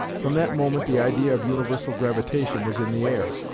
from that moment the idea of universal gravitation was in the air,